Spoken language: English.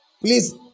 please